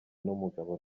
n’umugabo